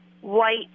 white